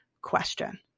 question